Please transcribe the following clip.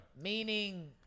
Meaning